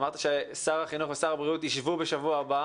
אמרת ששר החינוך ושר הבריאות ישבו בשבוע הבא